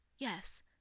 Yes